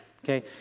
Okay